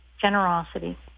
generosity